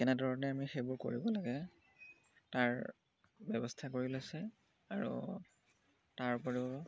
কেনেধৰণে আমি সেইবোৰ কৰিব লাগে তাৰ ব্যৱস্থা কৰি লৈছে আৰু তাৰ উপৰিও